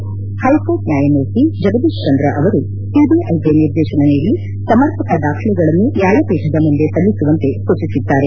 ಷೈಕೋರ್ಟ್ ನ್ನಾಯಮೂರ್ತಿ ಜಗದೀಶ್ ಚಂದ್ರ ಅವರು ಸಿಬಿಐಗೆ ನಿರ್ದೇತನ ನೀಡಿ ಸಮರ್ಪಕ ದಾಖಲುಗಳನ್ನು ನ್ಲಾಯಪೀಠದ ಮುಂದೆ ಸಲ್ಲಿಸುವಂತೆ ಸೂಚಿಸಿದ್ದಾರೆ